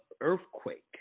earthquake